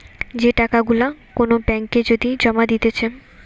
যে টাকা গুলা কোন ব্যাঙ্ক এ যদি জমা দিতেছে